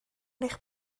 eich